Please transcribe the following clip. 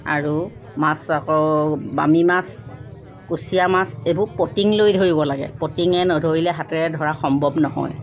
আৰু মাছ আকৌ বামী মাছ কুছীয়া মাছ এইবোৰ পটিঙ লৈ ধৰিব লাগে পঠিঙে নধৰিলে হাতৰে ধৰা সম্ভৱ নহয়